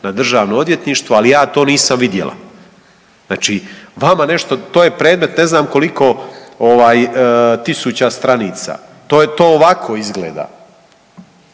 na državno odvjetništvo, ali ja to nisam vidjela. Znači vama nešto, to je predmet ne znam koliko ovaj tisuća stranica, to ovako izgleda,